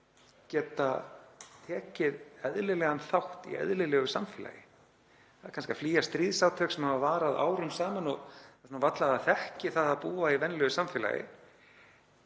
geta tekið eðlilegan þátt í eðlilegu samfélagi. Það er kannski að flýja stríðsátök sem hafa varað árum saman og varla að það þekki það að búa í venjulegu samfélagi.